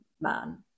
man